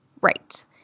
right